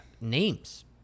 names